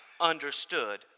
understood